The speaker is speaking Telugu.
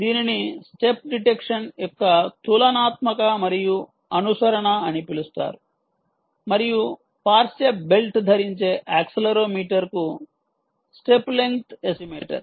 దీనిని స్టెప్ డిటెక్షన్ యొక్క తులనాత్మక మరియు అనుసరణ అని పిలుస్తారు మరియు పార్శ్వ బెల్ట్ ధరించే యాక్సిలెరోమీటర్కు స్టెప్ లెంగ్త్ ఎస్టిమేటర్స్